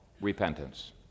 repentance